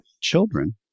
children